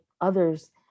others